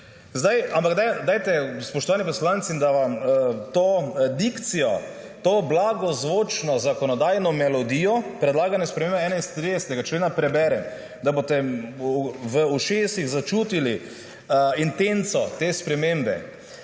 ne moremo govoriti. Spoštovani poslanci, da vam to dikcijo, to blagozvočno zakonodajno melodijo predlagane spremembe 31. člena preberem, da boste v ušesih začutili intenco te spremembe: